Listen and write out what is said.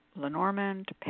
Lenormand